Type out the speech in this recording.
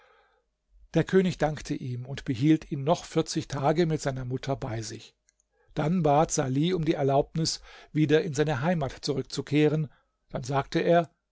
der könig dankte ihm und behielt ihn noch vierzig tage mit seiner mutter bei sich dann bat salih um die erlaubnis wieder in seine heimat zurückzukehren dann sagte er